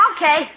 Okay